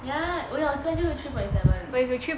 ya 我有 side deal three point seven